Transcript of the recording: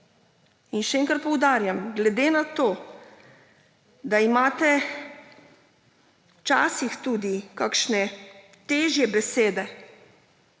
In še enkrat poudarjam, glede na to, da imate včasih tudi kakšne težje besede,